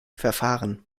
verfahren